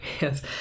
Yes